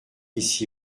ici